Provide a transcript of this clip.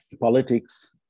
politics